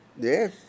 Yes